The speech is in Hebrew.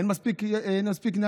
אין מספיק נהגים.